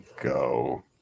go